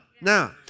Now